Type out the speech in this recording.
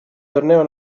torneo